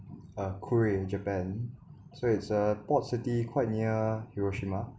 uh kure in japan so it's a port city quite near hiroshima